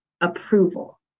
approval